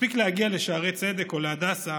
מספיק להגיע לשערי צדק או להדסה